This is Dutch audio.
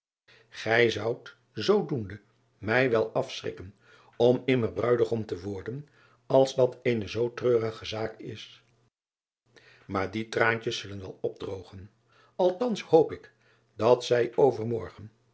ij zoudt zoo doende mij wel afschrikken om immer ruidegom te worden als dat eene zoo treurige zaak is aar die traantjes zullen wel opdroogen althans hoop ik dat zij overmorgen